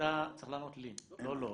אתה צריך לענות לי, לא לו.